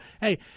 Hey